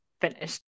finished